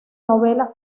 novelas